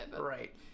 right